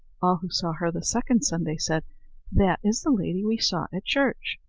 all who saw her the second sunday said that is the lady we saw at church.